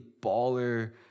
baller